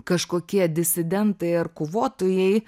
kažkokie disidentai ar kovotojai